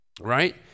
right